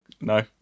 No